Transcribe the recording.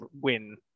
win